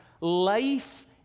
life